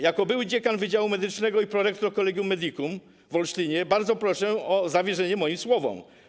Jako były dziekan wydziału medycznego i prorektor Collegium Medicum w Olsztynie, bardzo proszę o zawierzenie moim słowom.